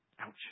Ouch